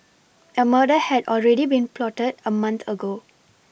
A murder had already been plotted a month ago